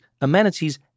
amenities